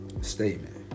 statement